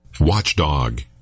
Watchdog